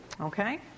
Okay